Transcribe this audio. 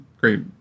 great